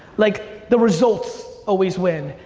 like the results always win,